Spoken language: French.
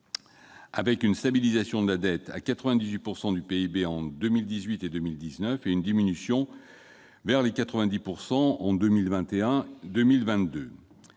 avec une stabilisation de la dette à 98 % du PIB en 2018 et en 2019 et une diminution vers les 90 % en 2021-2022.